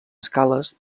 escales